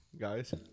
guys